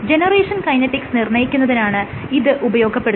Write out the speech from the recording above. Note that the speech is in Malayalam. ജനറേഷൻ കൈനെറ്റിക്സ് നിർണ്ണയിക്കുന്നതിനാണ് ഇത് ഉപയോഗപ്പെടുത്തുന്നത്